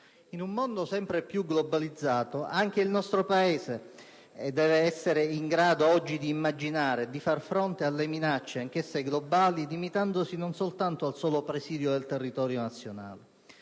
In un mondo sempre più globalizzato anche per il nostro Paese è impensabile oggi immaginare di far fronte alle minacce, anch'esse globali, limitandosi al solo presidio del territorio nazionale.